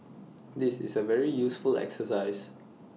this is A very useful exercise